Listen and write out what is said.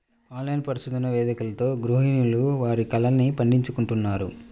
online పరిశోధన వేదికలతో గృహిణులు వారి కలల్ని పండించుకుంటున్నారు